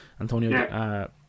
antonio